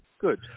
good